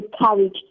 encourage